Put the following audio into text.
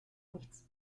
nichts